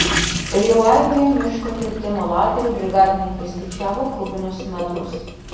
ir jau aibėje miško kirtimo lagerių brigadininkai skaičiavo kubinius metrus